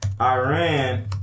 Iran